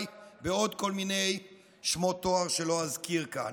בעוד כל מיני שמות תואר שלא אזכיר כאן.